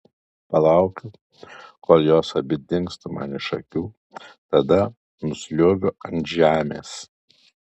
palaukiu kol jos abi dingsta man iš akių tada nusliuogiu ant žemės